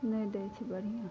नहि दै छै बढ़िआँ